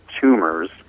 tumors